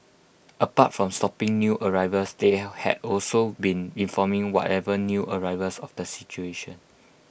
apart from stopping new arrivals they had also been informing whatever new arrivals of the situation